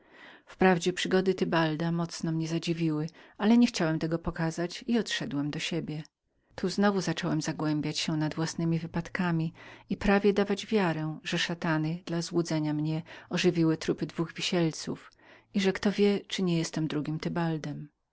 wprawdzie przygody tybalda mocno mnie zadziwiły ale nie chciałem tego pokazać i odszedłem do siebie tu znowu zacząłem zagłębiać się nad własnemi wypadkami i prawie dawać wiarę że szatany dla złudzenia mnie ożywiły trupy dwóch wisielców i że kto wie czy niebyłem drugim